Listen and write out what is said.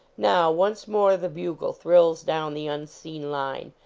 now, once more the bugle thrills down the unseen line.